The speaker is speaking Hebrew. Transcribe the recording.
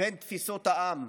בין תפיסות העם,